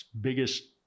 biggest